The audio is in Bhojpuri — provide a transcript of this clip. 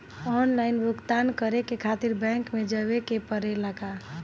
आनलाइन भुगतान करे के खातिर बैंक मे जवे के पड़ेला का?